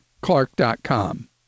clark.com